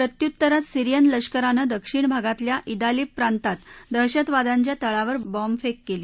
प्रत्युत्तरात सीरियन लष्कराने दक्षिण भागातल्या डिालिब प्रांतात दहशतवाद्यांच्या तळावर बॉम्बफेक केली